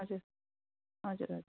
हजुर हजुर हजुर